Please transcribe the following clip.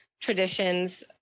traditions